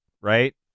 right